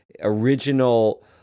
original –